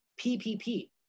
PPP